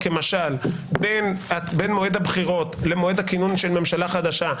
כמשל בין מועד הבחירות למועד הכינון של ממשלה חדשה,